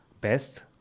best